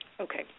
Okay